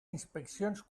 inspeccions